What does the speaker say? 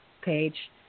page